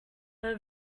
her